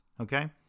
Okay